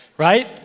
Right